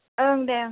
ओं दे